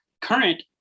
current